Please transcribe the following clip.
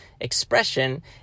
expression